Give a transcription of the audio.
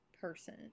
person